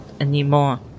anymore